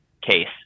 case